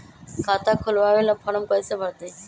खाता खोलबाबे ला फरम कैसे भरतई?